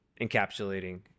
encapsulating